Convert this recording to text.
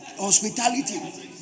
Hospitality